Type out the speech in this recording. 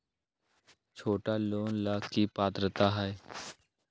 छोटा लोन ला की पात्रता है?